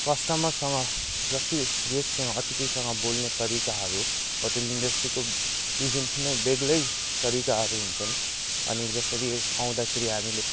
कस्टमरसँग जस्तै गेस्टसँग अतिथिसँग बोल्ने तरीकाहरू होटेल इन्डस्ट्रीको विभिन्न बेग्लै तरीकाहरू हुन्छन् अनि जसरी आउँदाखेरि हामीले